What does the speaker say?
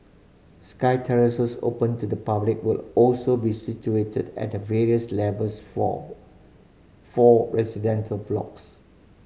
sky terraces open to the public will also be situated at the various levels for four residential blocks